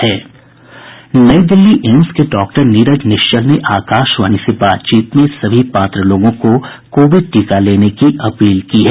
AIIMS नई दिल्ली के doctor Neeraj Nishchal ने आकाशवाणी से बातचीत में सभी पात्र लोगों को कोविड टीका लेने की अपील की है